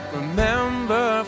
remember